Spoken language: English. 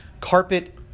Carpet